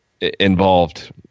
involved